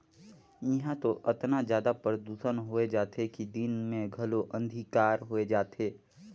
इहां तो अतना जादा परदूसन होए जाथे कि दिन मे घलो अंधिकार होए जाथे